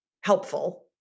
helpful